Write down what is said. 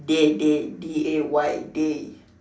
day day D A Y day